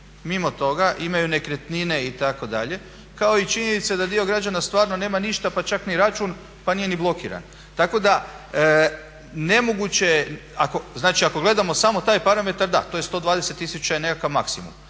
mimo toga i imaju nekretnine itd. kao i činjenica da dio građana stvarno nema ništa pa čak ni račun pa nije ni blokirano. Tako da nemoguće je, znači ako gledamo samo taj parametar da, to je 120 tisuća je nekakav maksimum.